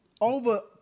over